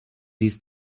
dies